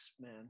man